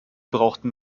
brauchten